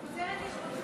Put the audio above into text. אני חוזרת לכבודך.